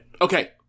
okay